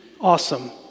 Awesome